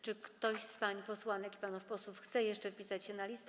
Czy ktoś z pań posłanek i panów posłów chce jeszcze wpisać się na listę?